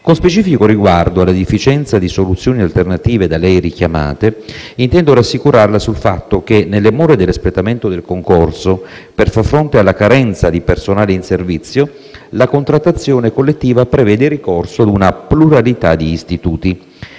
Con specifico riguardo alla deficienza di soluzioni alternative da lei richiamate, intendo rassicurarla sul fatto che nelle more dell'espletamento del concorso, per far fronte alla carenza di personale in servizio, la contrattazione collettiva prevede il ricorso ad una pluralità di istituti.